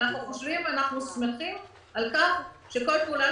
אנחנו שמחים על כך שכל פעולה